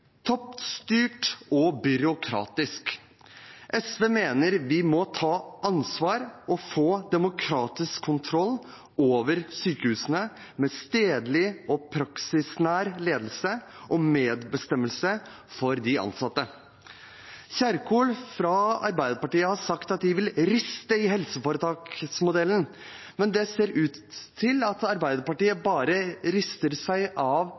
og byråkratisk. SV mener vi må ta ansvar og få demokratisk kontroll over sykehusene med stedlig og praksisnær ledelse og medbestemmelse for de ansatte. Kjerkol fra Arbeiderpartiet har sagt at de vil «riste» i helseforetaksmodellen, men det ser ut til at Arbeiderpartiet i stedet bare rister av seg